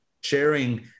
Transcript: sharing